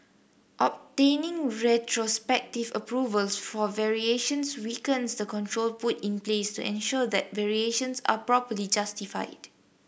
obtaining retrospective approvals for variations weakens the control put in place to ensure that variations are properly justified